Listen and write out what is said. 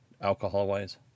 alcohol-wise